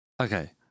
Okay